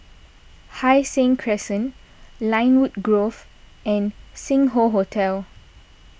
Hai Sing Crescent Lynwood Grove and Sing Hoe Hotel